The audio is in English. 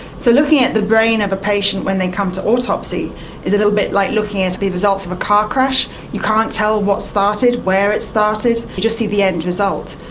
so looking at the brain of a patient when they come to autopsy is a little bit like looking at the results of a car crash you can't tell what started, where it started, you just see the end result.